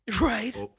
Right